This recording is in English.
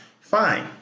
Fine